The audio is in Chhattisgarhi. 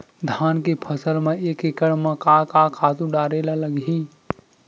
धान के फसल म एक एकड़ म का का खातु डारेल लगही?